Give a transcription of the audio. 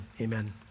Amen